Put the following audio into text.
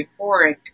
euphoric